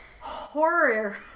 horror